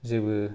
जेबो